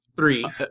three